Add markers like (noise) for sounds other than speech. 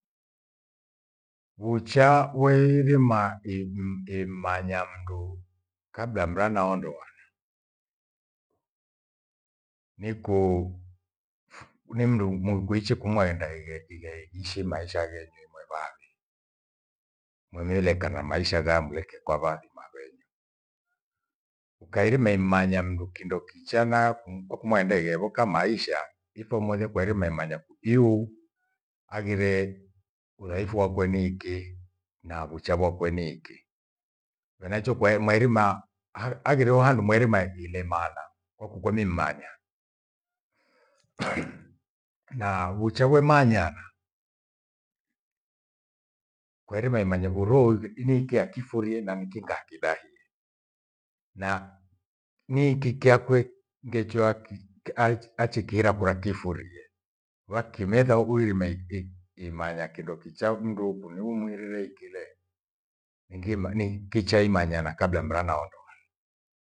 Vucha weirima i- i- i- imanya mndu kabla mra naondoana. Nikuu, (noise) ni mndu mu- kuichi kumwa enda igha- ighaishi maisha ghenyu inywe vaami. Nomilekana maisha ghamwileke kwa vavi mavenyu. Ukairima immanya mndu kindokicha na kumko kumwaiende ievoka maisha ithomozia kwairima imanya ku iwu aghire udhaifu wakwe ni iki na vucha vyake ni iki. Miracho kwae- mwairima aghireo handu mwairima ilemana kwakuko nimmanya (noise) na vucha vyemanyana kwairima imanya kurouthi niiki akifurie na nkinga hakidahiye na niiki chakwe ngechoaki achi- achi- achikiira kurakifurie. Wakimetha uirime i- i- imanya kindo kichaa mndu pho niumwirire ikilee ngima nikichaa imanya na kabla mraa nao ndoa